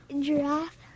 Giraffe